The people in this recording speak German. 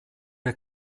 der